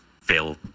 fail